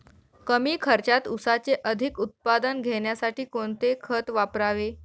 कमी खर्चात ऊसाचे अधिक उत्पादन घेण्यासाठी कोणते खत वापरावे?